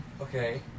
Okay